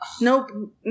Nope